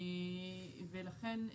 ולכן,